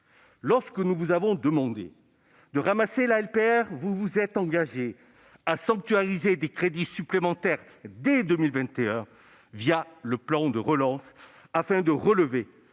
Lorsque nous vous avons demandé de ramasser la LPR, vous vous êtes engagée à sanctuariser des crédits supplémentaires dès 2021 le plan de relance afin de relever